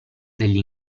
degli